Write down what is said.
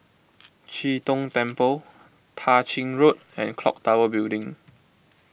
Chee Tong Temple Tah Ching Road and Clock Tower Building